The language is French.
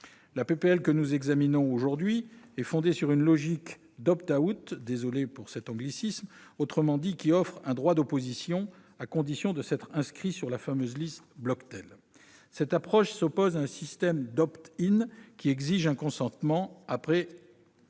de loi que nous examinons aujourd'hui est fondée sur une logique d'- désolé pour cet anglicisme -, qui offre un droit d'opposition, à condition de s'être inscrit sur la fameuse liste Bloctel. Cette approche s'oppose au système d', qui exige un consentement exprès et